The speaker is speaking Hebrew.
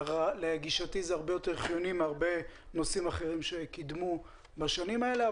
לגישתי זה הרבה יותר חיוני מהרבה נושאים אחרים שקידמו בשנים האלה,